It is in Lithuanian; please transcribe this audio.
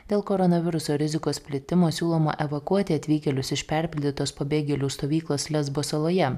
dėl koronaviruso rizikos plitimo siūloma evakuoti atvykėlius iš perpildytos pabėgėlių stovyklos lezbo saloje